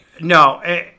No